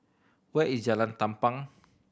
where is Jalan Tampang